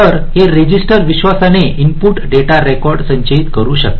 तर हे रजिस्टर विश्वासाने इनपुट डेटा रेकॉर्ड संचयित करू शकते